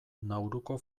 nauruko